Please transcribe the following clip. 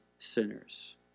sinners